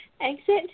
exit